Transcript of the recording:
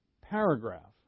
paragraph